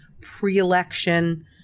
pre-election